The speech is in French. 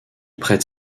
prête